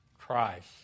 Christ